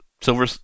silver